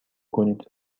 کنید